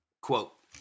Quote